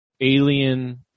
alien